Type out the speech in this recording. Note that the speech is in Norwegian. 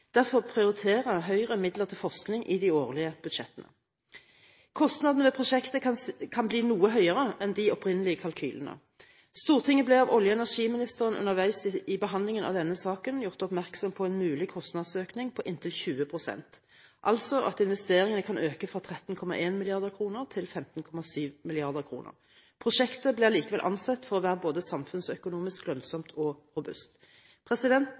Derfor prioriterer Høyre midler til forskning i de årlige budsjettene. Kostnadene ved prosjektet kan bli noe høyere enn de opprinnelige kalkylene. Stortinget ble av olje- og energiministeren underveis i behandlingen av denne saken gjort oppmerksom på en mulig kostnadsøkning på inntil 20 pst., altså at investeringene kan øke fra 13,1 mrd. kr til 15,7 mrd. kr. Prosjektet ble allikevel ansett å være både samfunnsøkonomisk lønnsomt og robust.